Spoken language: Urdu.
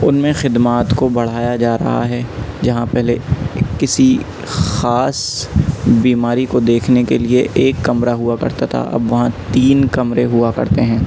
ان میں خدمات کو بڑھایا جا رہا ہے جہاں پہلے کسی خاص بیماری کو دیکھنے کے لیے ایک کمرہ ہوا کرتا تھا اب وہاں تین کمرے ہوا کرتے ہیں